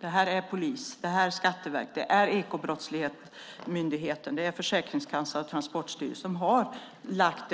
Det handlar om Polisen, Skatteverket, Ekobrottsmyndigheten, Försäkringskassan och Transportstyrelsen, som har lagt